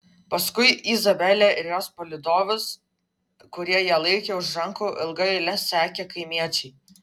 paskui izabelę ir jos palydovus kurie ją laikė už rankų ilga eile sekė kaimiečiai